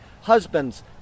Husbands